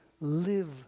live